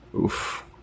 oof